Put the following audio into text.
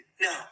No